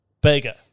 bigger